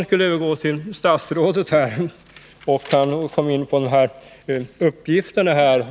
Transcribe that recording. Statsrådet kom in på en del kostnadsuppgifter.